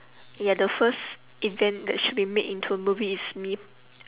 ya the first event that should be made into movie is me